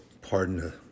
pardon